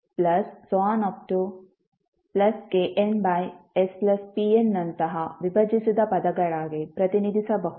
knspnನಂತಹ ವಿಭಜಿಸಿದ ಪದಗಳಾಗಿ ಪ್ರತಿನಿಧಿಸಬಹುದು